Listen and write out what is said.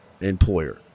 employer